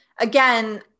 again